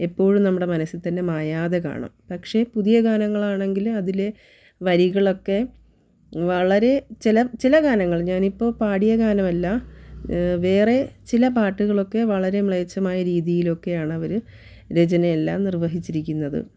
എപ്പോഴും നമ്മുടെ മനസ്സിൽ തന്നെ മായാതെ കാണും പക്ഷേ പുതിയ ഗാനങ്ങളാണെങ്കിൽ അതിലെ വരികളൊക്കെ വളരെ ചില ചില ഗാനങ്ങൾ ഞാൻ ഇപ്പോൾ പാടിയ ഗാനം അല്ല വേറെ ചില പാട്ടുകളൊക്കെ വളരെ മ്ലേച്ഛമായ രീതിയിൽ ഒക്കെ ആണവർ രചനയെല്ലാം നിർവ്വഹിച്ചിരിക്കുന്നത്